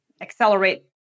accelerate